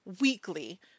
weekly